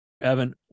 Evan